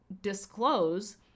disclose